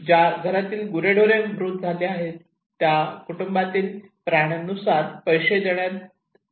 ज्या घरातील गुरेढोरे मृत झाले आहेत त्यां कुटुंबांना प्राण्यां नुसार पैसे देण्यात आले आहे